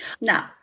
Now